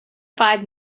five